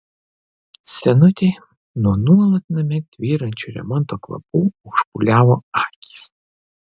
senutei nuo nuolat name tvyrančių remonto kvapų užpūliavo akys